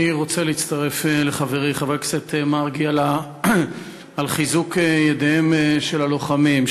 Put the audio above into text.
אני רוצה להצטרף לחברי חבר הכנסת מרגי בחיזוק ידיהם של הלוחמים,